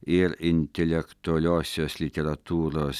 ir intelektualiosios literatūros